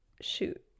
shoot